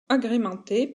agrémentée